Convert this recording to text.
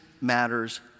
matters